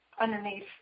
underneath